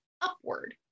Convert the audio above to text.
upward